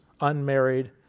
unmarried